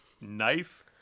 knife